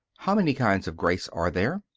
how many kinds of grace are there?